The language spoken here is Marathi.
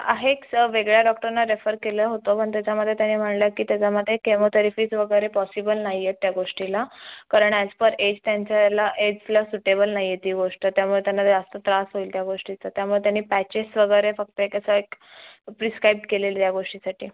आहे क्स वेगळ्या डॉक्टरना रेफर केलं होतं पण त्याच्यामध्ये त्यानी म्हणलं की त्याच्यामध्ये केमोथेरपीज वगैरे पॉसिबल नाही आहे त्या गोष्टीला कारण अॅज पर एज त्यांच्या एला एजला सुटेबल नाही आहे ती गोष्ट त्यामुळे त्यांना जास्त त्रास होईल त्या गोष्टीचा त्यामुळे त्यांनी पॅचेस वगैरे फक्त एक असं एक प्रिस्काईब केलेलं या गोष्टीसाठी